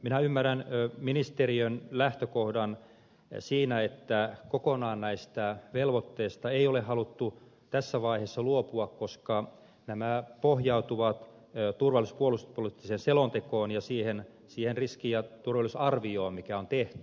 minä ymmärrän ministeriön lähtökohdan siinä että kokonaan näistä velvoitteista ei ole haluttu tässä vaiheessa luopua koska nämä pohjautuvat turvallisuus ja puolustuspoliittiseen selontekoon ja siihen riski ja turvallisuusarvioon mikä on tehty